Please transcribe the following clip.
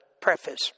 preface